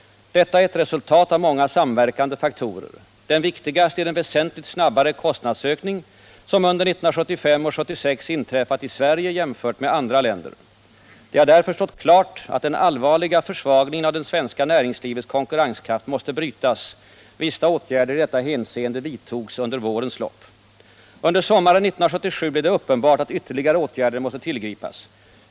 Detta är ett resultat av många samverkande faktorer. Den viktigaste är den väsentligt snabbare kostnadsökning som under 1975 och 1976 inträffat i Sverige jämfört med andra länder. Det har därför stått klart att den allvarliga försvagningen av det svenska näringslivets konkurrenskraft måste brytas. Vissa åtgärder i detta hänseende vidtogs under vårens lopp. Under sommaren 1977 blev det uppenbart att ytterligare åtgärder måste tillgripas.